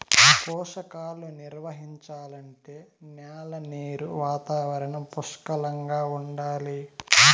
పోషకాలు నిర్వహించాలంటే న్యాల నీరు వాతావరణం పుష్కలంగా ఉండాలి